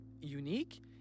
unique